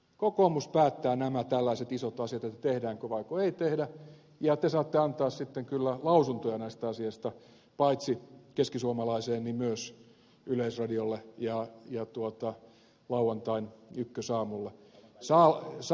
kokoomus päättää nämä tällaiset isot asiat että tehdäänkö vaiko ei tehdä ja te saatte antaa sitten kyllä lausuntoja näistä asioista paitsi keskisuomalaiseen niin myös yleisradiolle ja lauantain ykkösaamulle